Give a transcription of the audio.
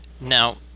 Now